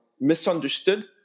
misunderstood